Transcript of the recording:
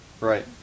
Right